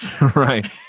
Right